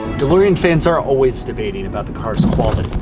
delorean fans are always debating about the car's quality.